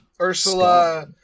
Ursula